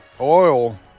oil